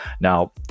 Now